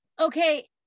Okay